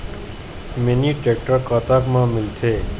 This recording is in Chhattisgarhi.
मिनी टेक्टर कतक म मिलथे?